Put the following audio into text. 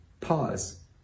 pause